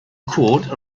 quote